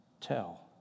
tell